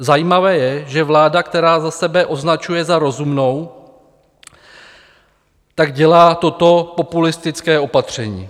Zajímavé je, že vláda, která sebe označuje za rozumnou, dělá toto populistické opatření.